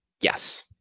Yes